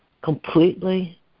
completely